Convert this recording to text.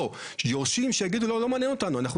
או יורשים שיגידו שלא מעניין אותם והם